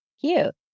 Cute